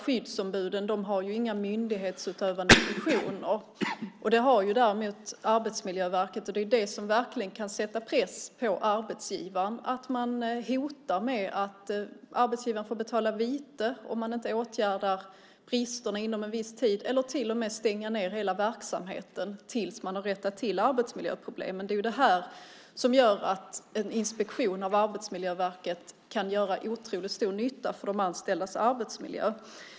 Skyddsombuden har ju inga myndighetsutövande funktioner. Det har däremot Arbetsmiljöverket. Det som verkligen kan sätta press på arbetsgivaren är att man hotar med att arbetsgivaren får betala vite om man inte åtgärdar brister inom en viss tid. Man kan till och med få stänga ned hela verksamheten tills man har rättat till arbetsmiljöproblemen. Det gör att en inspektion av Arbetsmiljöverket kan göra otroligt stor nytta för de anställdas arbetsmiljö.